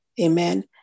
Amen